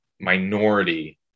minority